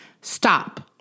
stop